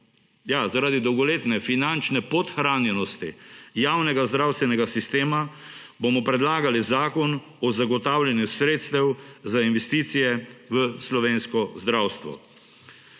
zaradi dolgoletne finančne podhranjenosti javnega zdravstvenega sistema bomo predlagali zakon o zagotavljanju sredstev za investicije v slovensko zdravstvo.